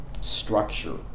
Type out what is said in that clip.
structure